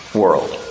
world